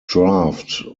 draft